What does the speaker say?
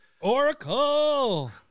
Oracle